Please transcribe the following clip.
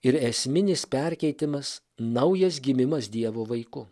ir esminis perkeitimas naujas gimimas dievo vaiku